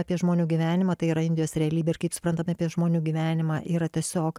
apie žmonių gyvenimą tai yra indijos realybė ir kaip suprantame apie žmonių gyvenimą yra tiesiog